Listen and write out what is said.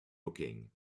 looking